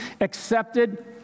accepted